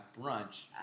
brunch